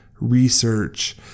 research